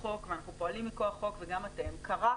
החוק, ואנחנו פועלים מכוח חוק וגם אתם כרך